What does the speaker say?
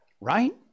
Right